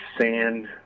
sand